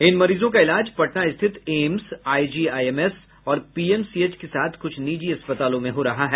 इन मरीजों का इलाज पटना स्थित एम्स आईजीआईएमएस और पीएमसीएच के साथ कुछ निजी अस्पतालों में हो रहा है